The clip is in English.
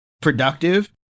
productive